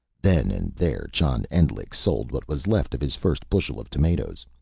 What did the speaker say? then and there, john endlich sold what was left of his first bushel of tomatoes.